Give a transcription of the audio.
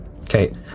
Okay